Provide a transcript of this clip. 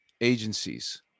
agencies